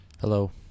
Hello